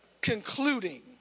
concluding